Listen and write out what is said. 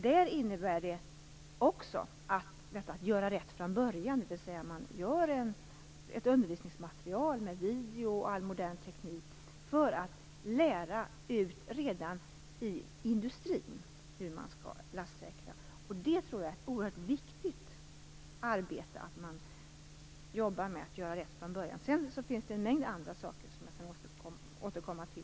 Det är viktigt att göra rätt från början, och man gör därför ett undervisningsmaterial med video och all modern teknik för att lära ut lastsäkring redan i industrin. Att jobba med att göra rätt från början tror jag är ett oerhört viktigt arbete. Sedan finns det en mängd andra saker man också kan göra, men dem kan jag återkomma till.